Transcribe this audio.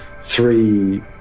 three